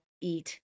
eat